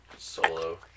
Solo